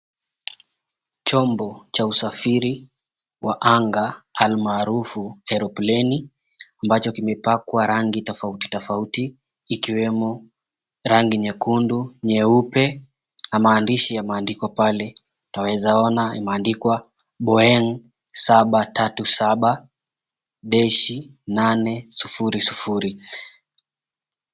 Chombo cha usafiri wa anga almaarufu eropleni ambacho kimepakwa rangi tofauti tofauti, ikiwemo rangi nyekundu, nyeupe na maandishi yameaandikwa pale utaweza ona imeandikwa Boeing 737-800.